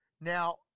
Now